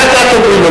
אחר כך תאמרי לו.